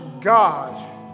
God